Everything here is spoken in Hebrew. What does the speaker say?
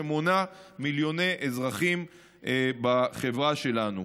שמונה מיליוני אזרחים בחברה שלנו.